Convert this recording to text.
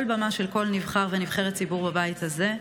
כל במה של כל נבחר ונבחרת ציבור בבית הזה,